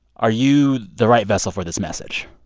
are you the right vessel for this message?